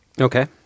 okay